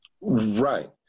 Right